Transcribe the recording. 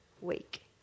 week